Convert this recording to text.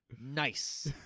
Nice